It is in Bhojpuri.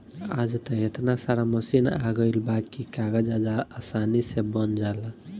आज त एतना सारा मशीन आ गइल बा की कागज आसानी से बन जाला